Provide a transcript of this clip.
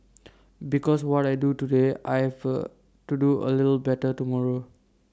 because what I do today I have A to do A little better tomorrow